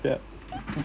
that